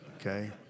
Okay